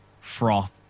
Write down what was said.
froth